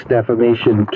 Defamation